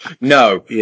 No